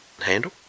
handle